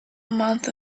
month